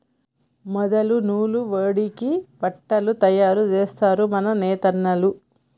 మొదలు నూలు వడికి బట్టలు తయారు జేస్తరు మన నేతన్నలు